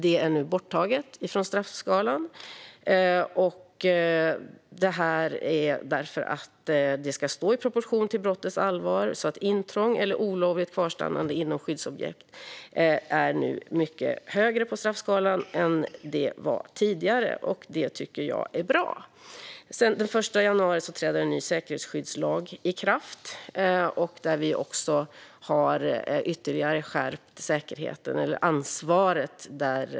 Det är nu borttaget från straffskalan för att straffet ska stå i proportion till brottets allvar. Straffet för intrång eller olovligt kvarstannande inom skyddsobjekt är nu mycket högre på straffskalan än tidigare, och det tycker jag är bra. Den 1 april träder en ny säkerhetsskyddslag i kraft.